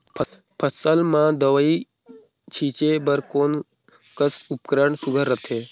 फसल म दव ई छीचे बर कोन कस उपकरण सुघ्घर रथे?